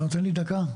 אתה נותן לי דקה?